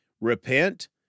Repent